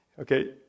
okay